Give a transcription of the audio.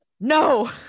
No